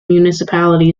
municipality